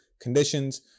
conditions